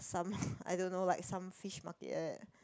some I don't know like some fish market eh